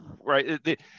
right